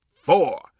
four